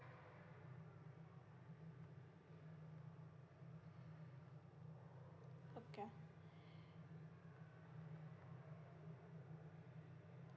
okay